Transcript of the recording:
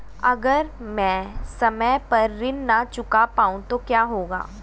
अगर म ैं समय पर ऋण न चुका पाउँ तो क्या होगा?